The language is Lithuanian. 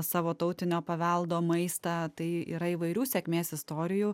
savo tautinio paveldo maistą tai yra įvairių sėkmės istorijų